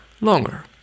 longer